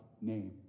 name